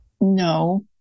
No